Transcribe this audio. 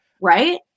right